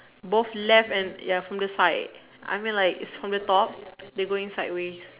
both left at ya from the side I mean like from the top they going sideways